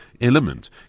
element